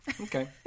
Okay